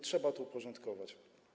Trzeba to uporządkować.